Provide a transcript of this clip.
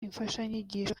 imfashanyigisho